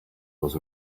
was